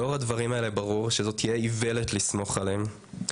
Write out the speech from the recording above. לאור הדברים האלה ברור שזאת תהיה איוולת לסמוך עליהם.